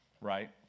Right